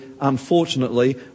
unfortunately